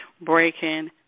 breaking